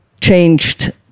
changed